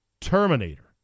Terminator